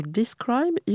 describe